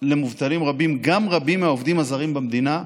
למובטלים גם רבים מהעובדים הזרים במדינה,